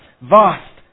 vast